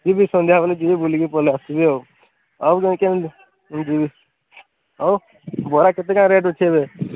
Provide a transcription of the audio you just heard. ଯିବି ସନ୍ଧ୍ୟାବେଳେ ଯିବି ବୁଲିକି ପଲେଇ ଆସିବି ଆଉ ଆଉ କେମିତି ଆଉ ବରା କେତେ କାଏଁ ରେଟ୍ ଅଛି ଏବେ